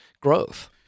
growth